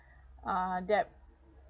uh debt